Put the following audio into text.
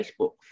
Facebook